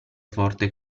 forte